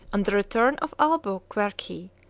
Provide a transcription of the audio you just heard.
on the return of albuquerque,